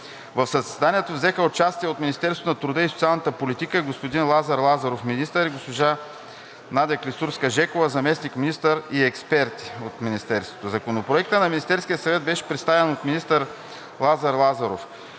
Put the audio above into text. В заседанието взеха участие от Министерството на труда и социалната политика господин Лазар Лазаров – министър, Надя Клисурска-Жекова – заместник-министър, и експерти. Законопроектът на Министерския съвет беше представен от министър Лазар Лазаров.